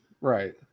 Right